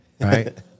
Right